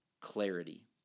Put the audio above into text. clarity